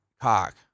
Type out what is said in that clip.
cock